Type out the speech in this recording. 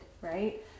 right